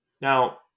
Now